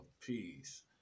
Peace